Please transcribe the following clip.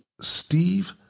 Steve